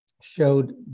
showed